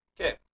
Okay